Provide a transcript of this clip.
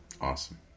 awesome